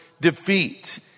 defeat